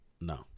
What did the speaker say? No